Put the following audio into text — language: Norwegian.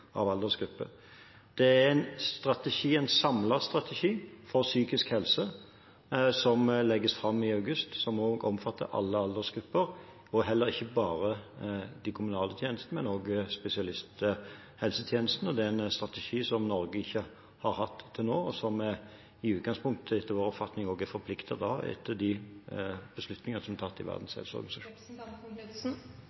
av aldersgruppe. Det er en samlet strategi for psykisk helse som legges fram i august, som omfatter alle aldersgrupper, og ikke bare de kommunale tjenestene, men også spesialisthelsetjenesten. Det er en strategi som Norge ikke har hatt til nå, og som vi i utgangspunktet – etter vår oppfatning – også er forpliktet til å ha etter de beslutninger som er tatt i Verdens